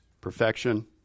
Perfection